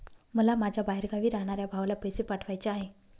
मला माझ्या बाहेरगावी राहणाऱ्या भावाला पैसे पाठवायचे आहे